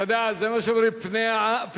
אתה יודע, זה מה שאומרים: פני הדור,